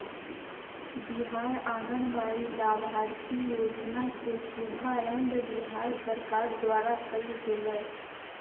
बिहार आंगनबाड़ी लाभार्थी योजना के शुभारम्भ बिहार सरकार द्वारा कइल गेलय